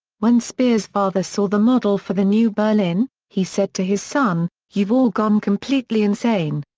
when speer's father saw the model for the new berlin, he said to his son, you've all gone completely insane.